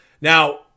Now